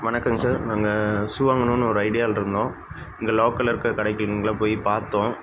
வணக்கங்க சார் நாங்கள் சூ வாங்கணுன்னு ஒரு ஐடியாவில் இருந்தோம் இங்கே லோக்கலில் இருக்கற கடைக்கியிங்கெல்லாம் போய் பார்த்தோம்